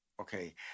Okay